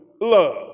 love